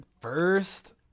First